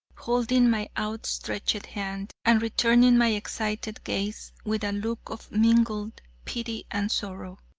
holding my outstretched hand and returning my excited gaze with a look of mingled pity and sorrow.